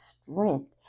strength